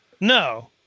no